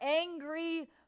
angry